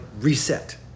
reset